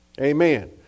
Amen